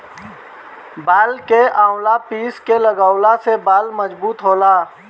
बाल में आवंला पीस के लगवला से बाल मजबूत होला